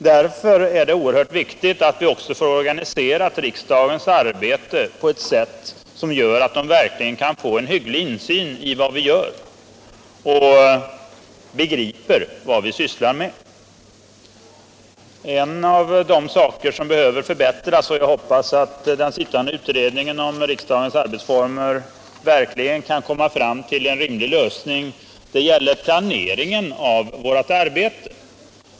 Därför är det väsentligt att riksdagens arbete organiseras på ett sätt som gör att medborgarna verkligen kan få en hygglig insyn i vad vi gör och begriper vad vi sysslar med. En av de saker som behöver förbättras — jag hoppas att den sittande utredningen om riksdagens arbetsformer i det avseendet verkligen kan komma fram till en lösning — är planeringen av vårt arbete.